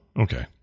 Okay